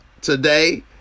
Today